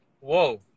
Whoa